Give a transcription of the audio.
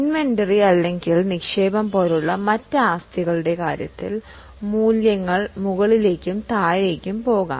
inventory അല്ലെങ്കിൽ നിക്ഷേപം പോലുള്ള മറ്റ് ആസ്തികളുടെ കാര്യത്തിൽ മൂല്യങ്ങൾ മുകളിലേക്കും താഴേക്കും പോകാം